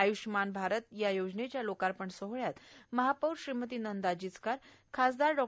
आयुष्यमाल भारत या योजनेच्या लोकार्पण सोहळ्यात महापौर श्रीमती नंदाताई जिचकार खासदार डॉ